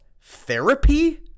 therapy